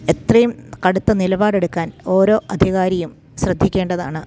എത്രയും കടുത്ത നിലപാടെടുക്കാൻ ഓരോ അധികാരിയും ശ്രദ്ധിക്കേണ്ടതാണ്